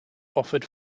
offered